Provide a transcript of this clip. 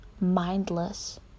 mindless